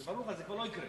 וברור לך שזה כבר לא יקרה,